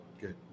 good